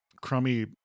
crummy